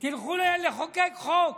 תלכו לחוקק חוק.